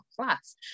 class